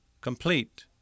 complete